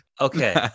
Okay